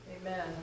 Amen